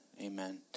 amen